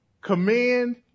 command